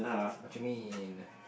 what you mean